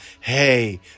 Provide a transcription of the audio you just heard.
hey